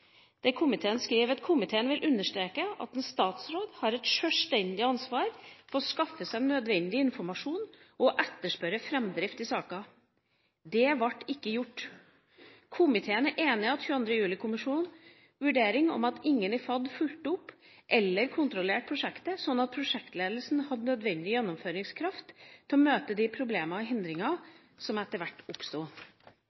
der komiteen skriver: «Komiteen vil understreke at en statsråd har et selvstendig ansvar for å skaffe seg nødvendig informasjon og å etterspørre framdrift i saker. Dette ble ikke gjort. Komiteen er enig i 22. juli-kommisjonens vurdering av at ingen i FAD fulgte opp eller kontrollerte prosjektet slik at prosjektledelsen hadde nødvendig gjennomføringskraft til å møte de problemer og